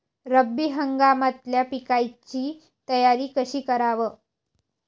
रब्बी हंगामातल्या पिकाइची तयारी कशी कराव?